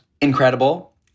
incredible